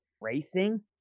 racing